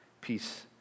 peace